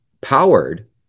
powered